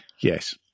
Yes